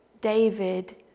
David